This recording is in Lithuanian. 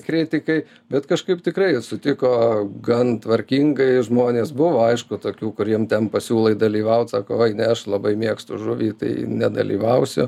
kritikai bet kažkaip tikrai sutiko gan tvarkingai žmonės buvo aišku tokių kuriem ten pasiūlai dalyvaut sako oi ne aš labai mėgstu žuvį tai nedalyvausiu